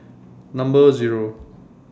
Number Zero